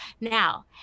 Now